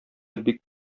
бик